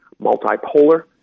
multipolar